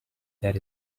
that